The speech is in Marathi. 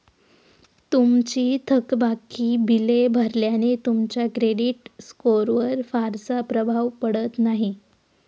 तुमची थकबाकी बिले भरल्याने तुमच्या क्रेडिट स्कोअरवर फारसा प्रभाव पडत नाही